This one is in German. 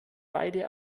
beide